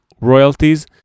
royalties